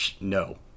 no